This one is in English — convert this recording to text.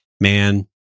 man